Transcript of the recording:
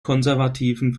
konservativen